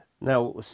Now